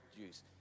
use